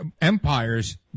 empires